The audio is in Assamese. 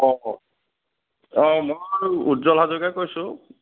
অঁ অঁ মই উজ্জ্বল হাজৰিকাই কৈছোঁ